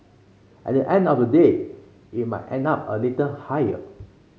at the end of the day I might end up a little higher